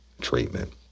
treatment